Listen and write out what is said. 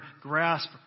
grasp